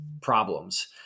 problems